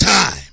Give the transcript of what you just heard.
time